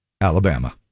Alabama